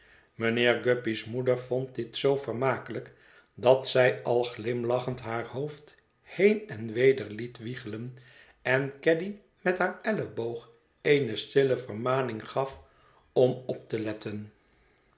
mijnheer guppy's moeder vond dit zoo vermakelijk dat zij al glimlachend haar hoofd heen en weder liet wiegelen en caddy met haar elleboog eene stille vermaning gaf om op te letten